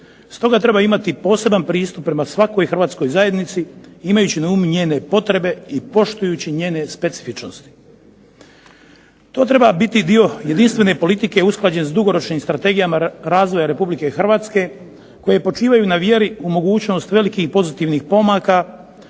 Stoga treba imati poseban pristup prema svakoj hrvatskoj zajednici imajući na umu njene potrebe i poštujući njene specifičnosti. To treba biti dio jedinstvene politike usklađen sa dugoročnim strategija razvoja Republike Hrvatske koji počivaju na vjeri u mogućnost velikih pozitivnih pomaka